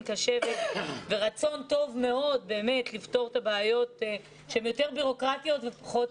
קשבת ורצון טוב מאוד לפתור את בעיות שהן יותר בירוקרטיות ופחות